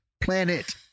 Planet